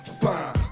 fine